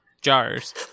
jars